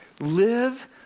live